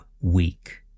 weak